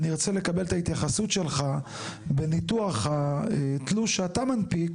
אני ארצה לקבל את ההתייחסות שלך בניתוח התלוש שאתה מנפיק,